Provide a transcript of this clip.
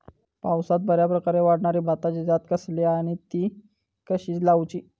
पावसात बऱ्याप्रकारे वाढणारी भाताची जात कसली आणि ती कशी लाऊची?